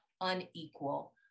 unequal